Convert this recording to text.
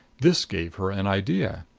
this gave her an idea.